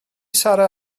sarra